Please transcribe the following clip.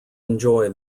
enjoy